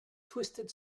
twisted